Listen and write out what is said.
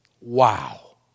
Wow